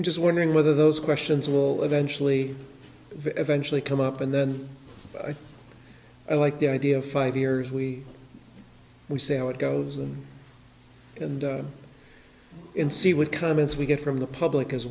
i'm just wondering whether those questions will eventually eventually come up and then i like the idea of five years we we see how it goes on and in see would comments we get from the public as